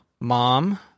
Mom